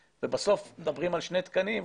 בסוף מדברים על שני תקנים,